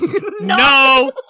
No